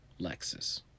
Lexus